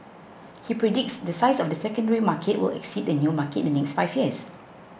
he predicts the size of the secondary market will exceed the new market in the next five years